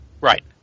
Right